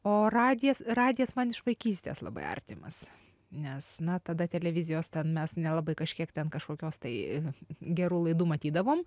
o radijas radijas man iš vaikystės labai artimas nes na tada televizijos ten mes nelabai kažkiek ten kažkokios tai gerų laidų matydavom